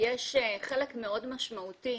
יש חלק משמעותי מאוד